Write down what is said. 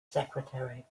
secretary